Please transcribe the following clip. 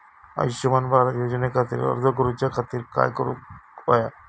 आयुष्यमान भारत योजने खातिर अर्ज करूच्या खातिर काय करुक होया?